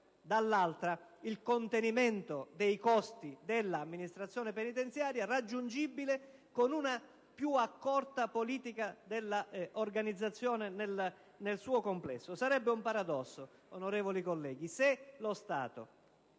dall'altra il contenimento dei costi dell'Amministrazione penitenziaria, raggiungibile con una più accorta politica dell'organizzazione nel suo complesso. Onorevoli colleghi, sarebbe